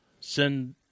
send